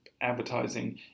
advertising